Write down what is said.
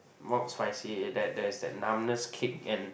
mild spicy there there's that numbness kick and